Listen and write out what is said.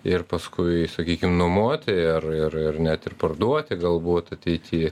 ir paskui sakykim nuomoti ir ir ir net ir parduoti galbūt ateity